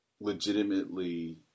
legitimately